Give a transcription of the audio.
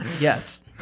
yes